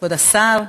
כבוד השר,